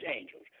angels